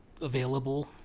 available